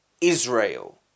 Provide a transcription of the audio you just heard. Israel